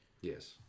Yes